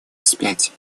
вспять